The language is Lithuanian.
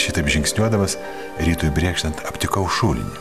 šitaip žingsniuodamas rytui brėkštant aptikau šulinį